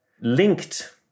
linked